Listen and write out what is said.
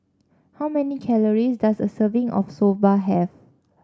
how many calories does a serving of Soba have